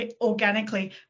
organically